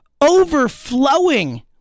overflowing